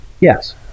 Yes